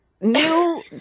New